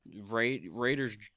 Raiders